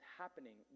happening